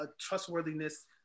trustworthiness